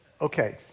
Okay